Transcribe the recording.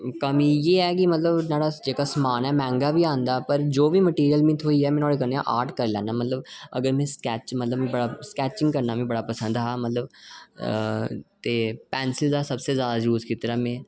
कमीं इ'यै क न्हाड़ा जेह्ड़ा समान ओह् मैह्ंगा आंदा जो बी मटीरियल थ्होई जा मतलब में ओह्दे कन्नै आर्ट करी लैना अगर में स्कैच मतलब मिगी स्कैचिंग करना बड़ा पसंद हा ते पैंसिल दा सबसे जादा यूज़ कीते दा में